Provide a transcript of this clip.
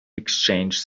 exchanged